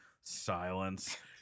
Silence